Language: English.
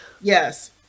Yes